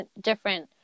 different